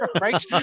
right